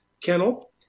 kennel